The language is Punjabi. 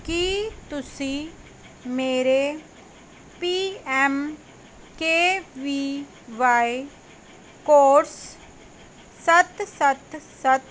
ਕੀ ਤੁਸੀਂ ਮੇਰੇ P M K V Y course ਸੱਤ ਸੱਤ ਸੱਤ